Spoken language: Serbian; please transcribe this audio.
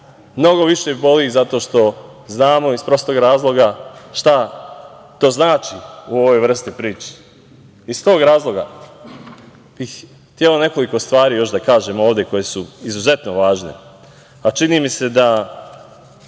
mnogo više boli zato što znamo, iz prostog razloga, šta to znači u ovoj vrsti priče. Iz tog razloga bih hteo još nekoliko stvari da kažem ovde, koje su izuzetno važne, a čini mi se da